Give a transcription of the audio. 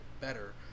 better